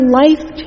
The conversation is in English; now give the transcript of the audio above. life